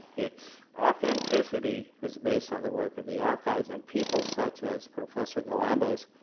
its authenticity was based on the work of the archives and people such as professor galambos,